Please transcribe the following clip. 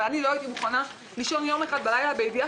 אבל לא הייתי מוכנה לישון לילה אחד בידיעה